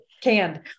canned